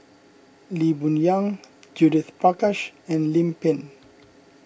Lee Boon Yang Judith Prakash and Lim Pin